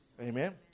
Amen